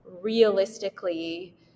realistically